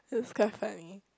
it was quite funny